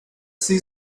see